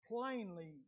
plainly